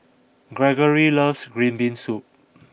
Gregory loves Green Bean Soup